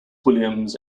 williams